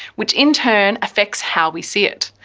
which in turn affects how we see it.